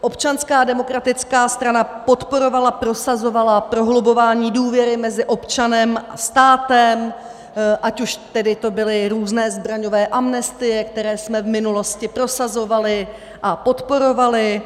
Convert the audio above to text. Občanská demokratická strana podporovala, prosazovala prohlubování důvěry mezi občanem a státem, ať už to byly různé zbraňové amnestie, které jsme v minulosti prosazovali a podporovali.